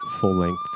full-length